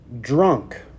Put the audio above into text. drunk